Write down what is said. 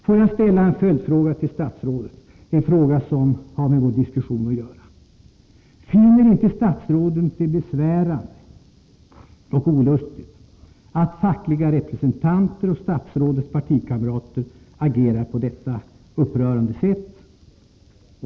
Får jag ställa ett par följdfrågor till statsrådet, frågor som har med vår diskussion att göra. Finner inte statsrådet det besvärande och olustigt att fackliga representanter och statsrådets partikamrater agerar på detta upprörande sätt?